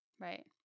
Right